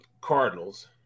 Cardinals